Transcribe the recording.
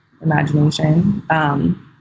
imagination